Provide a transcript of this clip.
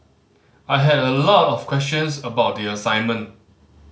I had a lot of questions about the assignment